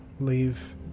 leave